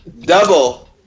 double